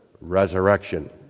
resurrection